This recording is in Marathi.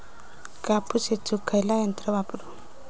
कापूस येचुक खयला यंत्र वापरू?